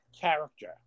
character